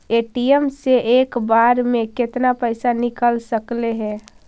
ATM से एक बार मे केतना पैसा निकल सकले हे?